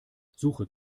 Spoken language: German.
suche